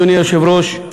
אדוני היושב-ראש,